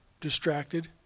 distracted